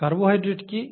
carbohydrate কি